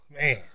man